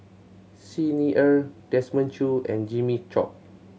Xi Ni Er Desmond Choo and Jimmy Chok